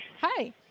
Hi